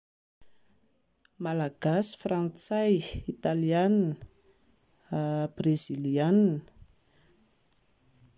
Malagasy, frantsay, Italiana, Breziliana